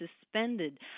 suspended